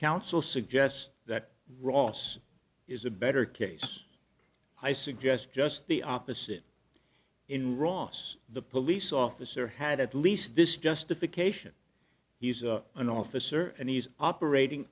counsel suggests that ross is a better case i suggest just the opposite in ross the police officer had at least this justification he's an officer and he's operating